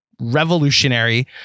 revolutionary